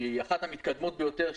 שהיא אחת המדינות המתקדמות ביותר,